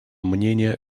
мнения